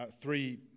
three